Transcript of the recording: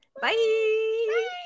bye